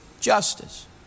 justice